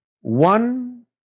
One